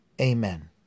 Amen